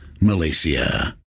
Malaysia